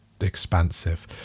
expansive